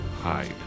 hide